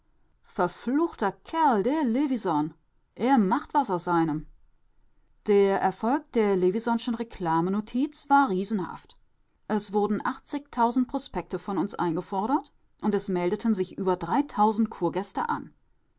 verfluchter kerl der levisohn er macht was aus einem der erfolg der levisohnschen reklamenotiz war riesenhaft es wurden achtzigtausend prospekte von uns eingefordert und es meldeten sich über dreitausend kurgäste an